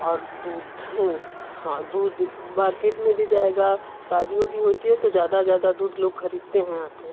और दूध हाँ दूध मार्केट में भी जाएगा शादी ओदी होती है तो ज़्यादा ज़्यादा दूध लोग खरीदते हैं आ कर